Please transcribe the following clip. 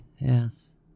Yes